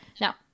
Now